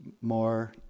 more